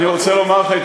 אני רוצה לומר לך,